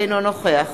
אינו נוכח